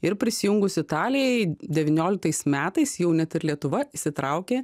ir prisijungus italijai devynioliktais metais jau net ir lietuva įsitraukė